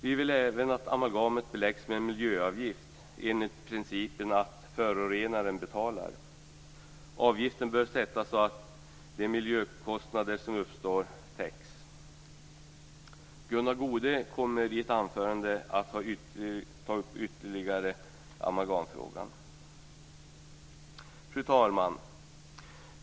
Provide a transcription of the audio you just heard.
Vi vill även att amalgam beläggs med miljöavgift enligt principen att förorenaren betalar. Avgiften bör sättas så att de miljökostnader som uppstår täcks. Gunnar Goude kommer i ett anförande att ytterligare ta upp amalgamfrågan. Fru talman!